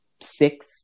six